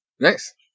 Nice